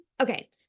okay